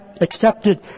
accepted